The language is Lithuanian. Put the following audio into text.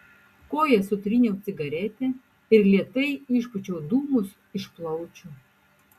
koja sutryniau cigaretę ir lėtai išpūčiau dūmus iš plaučių